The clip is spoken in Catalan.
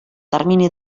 termini